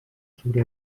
sobre